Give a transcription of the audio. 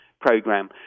program